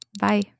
Bye